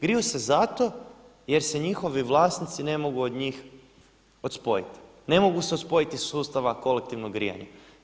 Griju se zato jer se njihovi vlasnici ne mogu od njih odspojiti, ne mogu se odstpojiti od sustava kolektivnog grijanja.